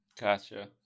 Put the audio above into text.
Gotcha